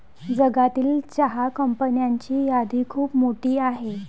जगातील चहा कंपन्यांची यादी खूप मोठी आहे